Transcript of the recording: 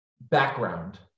background